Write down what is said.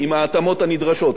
כלומר "רשת",